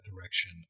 direction